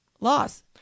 laws